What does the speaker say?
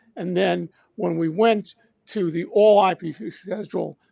and then when we went to the all ipv festival,